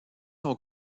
son